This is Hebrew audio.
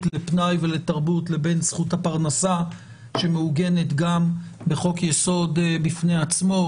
לפנאי ולתרבות לבין זכות הפרנסה שמעוגנת גם בחוק יסוד בפני עצמו,